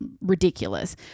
ridiculous